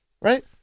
Right